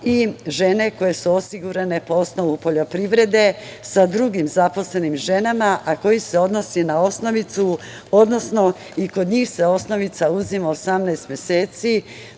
i žene koje su osigurane po osnovu poljoprivrede sa drugim zaposlenim ženama, a koji se odnosi na osnovicu, odnosno i kod njih se osnovica uzima 18 meseci